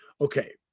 Okay